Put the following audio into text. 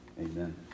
Amen